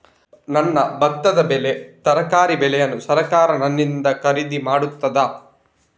ನನ್ನ ಭತ್ತದ ಬೆಳೆ, ತರಕಾರಿ ಬೆಳೆಯನ್ನು ಸರಕಾರ ನನ್ನಿಂದ ಖರೀದಿ ಮಾಡುತ್ತದಾ?